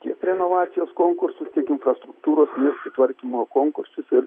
tiek renovacijos konkursus tiek infrastruktūros sutvarkymo konkursus ir